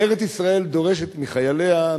ארץ-ישראל דורשת מחייליה,